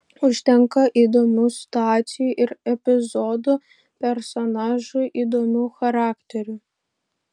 užtenka įdomių situacijų ir epizodų personažų įdomių charakterių